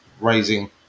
raising